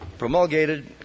promulgated